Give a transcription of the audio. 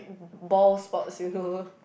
ball sports you know